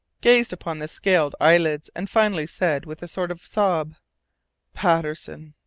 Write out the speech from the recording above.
gazed upon the scaled eyelids, and finally said with a sort of sob patterson!